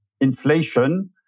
inflation